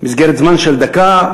מסגרת זמן של דקה.